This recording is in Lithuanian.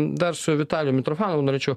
dar su vitalijum mitrofanovu norėčiau